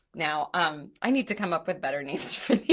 now um i need to come up with better names for these